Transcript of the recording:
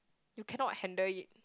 you cannot handle it